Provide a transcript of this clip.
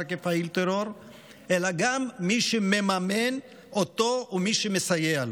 כפעיל טרור אלא גם מי שמממן אותו ומי ומסייע לו.